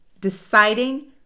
deciding